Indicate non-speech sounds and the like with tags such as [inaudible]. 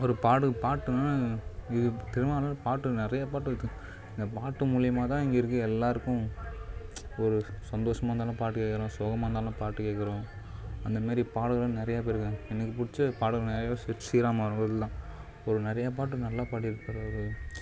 ஒரு பாட்டுன்னா இது சினிமாவில் பாட்டு நிறையா பாட்டு இருக்கு இந்த பாட்டு மூலியமாக தான் இங்கே இருக்கற எல்லோருக்கும் ஒரு சந்தோஷமாக இருந்தாலும் பாட்டு கேக்கிறோம் சோகமாக இருந்தாலும் பாட்டு கேக்கிறோம் அந்தமாரி பாடகரும் நிறையா பேர் இருக்காங்க எனக்கு பிடிச்ச பாடகன் [unintelligible] சித்ஸ்ரீராம் அவர்கள்தான் இப்போது நிறையா பாட்டு நல்லா பாடியிருக்காரு அவர்